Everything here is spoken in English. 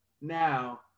Now